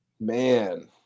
Man